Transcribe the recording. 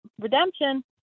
Redemption